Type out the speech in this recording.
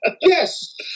Yes